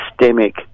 systemic